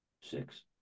Six